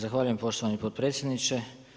Zahvaljujem poštovani potpredsjedniče.